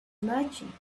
merchant